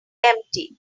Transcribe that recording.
empty